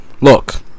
Look